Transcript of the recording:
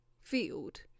Field